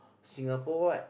Singapore